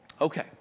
Okay